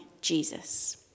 Jesus